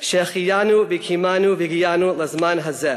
"שהחיינו וקיימנו והגיענו לזמן הזה".